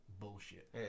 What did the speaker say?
Bullshit